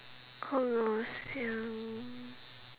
colosseum